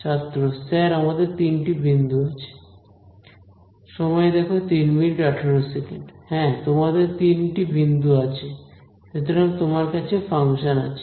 ছাত্র স্যার আমাদের তিনটি বিন্দু আছে হ্যাঁ তোমার তিনটি বিন্দু আছে সুতরাং তোমার কাছে ফাংশান আছে